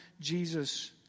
Jesus